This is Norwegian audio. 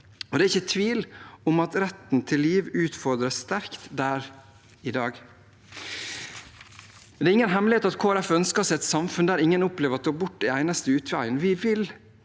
Det er ikke tvil om at retten til liv utfordres sterkt der i dag. Det er ingen hemmelighet at Kristelig Folkeparti ønsker et samfunn der ingen opplever at abort er eneste utvei.